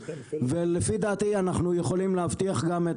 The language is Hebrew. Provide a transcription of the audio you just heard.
ולפי דעתי אנחנו יכולים להבטיח גם,